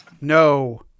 No